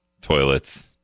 toilets